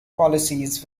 policies